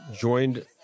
joined